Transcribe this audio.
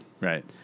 Right